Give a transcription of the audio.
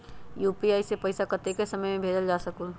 UPI से पैसा कतेक समय मे भेजल जा स्कूल?